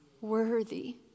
Worthy